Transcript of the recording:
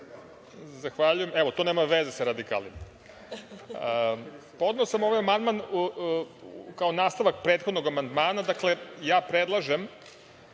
Zahvaljujem. Evo, to nema veze sa radikalima. Podneo sam ovaj amandman kao nastavak prethodnog amandmana. Ja predlažem